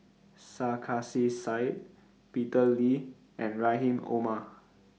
Sarkasi Said Peter Lee and Rahim Omar